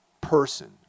person